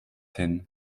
hin